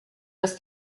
dass